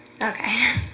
Okay